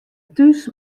thús